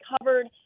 covered